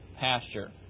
pasture